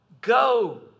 Go